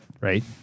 Right